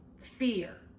fear